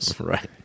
Right